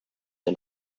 and